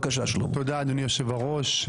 תודה אדוני היושב ראש.